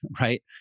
right